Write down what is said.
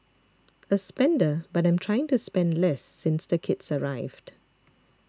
a spender but I'm trying to spend less since the kids arrived